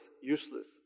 useless